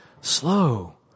Slow